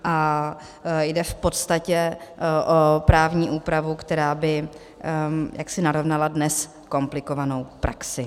A jde v podstatě o právní úpravu, která by jaksi narovnala dnes komplikovanou praxi.